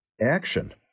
action